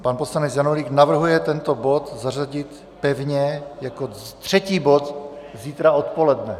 Pan poslanec Janulík navrhuje tento zařadit pevně jako třetí bod zítra odpoledne.